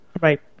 Right